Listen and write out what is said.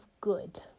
good